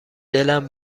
دلم